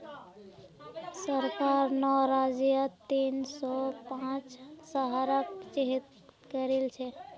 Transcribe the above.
सरकार नौ राज्यत तीन सौ पांच शहरक चिह्नित करिल छे